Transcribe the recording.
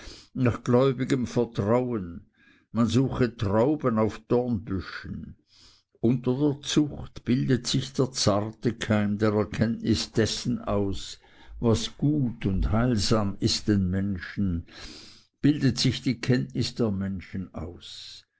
nach gläubigem vertrauen man suche trauben auf dornenbüschen unter der zucht bildet sich der zarte keim der erkenntnis dessen aus was gut und heilsam ist den menschen bildet sich die kenntnis der menschen aus